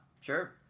Sure